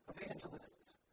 evangelists